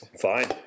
Fine